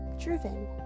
driven